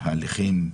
וההליכים,